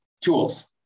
tools